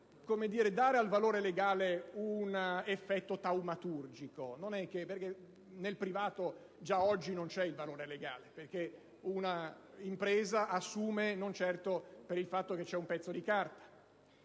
del valore legale un effetto taumaturgico. Nel privato già oggi non c'è il valore legale, perché un'impresa assume non certo per il fatto che c'è un pezzo di carta;